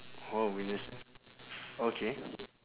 orh be my s~ okay